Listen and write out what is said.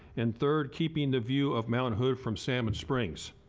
and third, keeping the view of mount hood from salmon springs.